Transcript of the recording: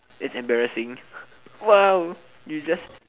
that's embarrassing !wow! you just